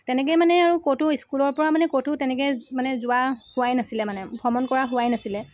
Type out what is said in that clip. তেনেকৈয়ে মানে ক'তো স্কুলৰ পৰা মানে ক'তো এনেকে মানে যোৱা হোৱাই নাছিলে মানে ভ্ৰমণ কৰা হোৱাই নাছিলে